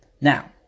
Now